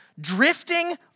drifting